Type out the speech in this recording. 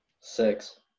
Six